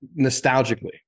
nostalgically